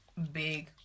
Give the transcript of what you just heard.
Big